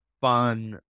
fun